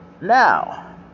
Now